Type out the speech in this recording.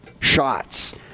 shots